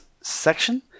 section